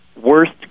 worst